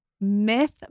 Myth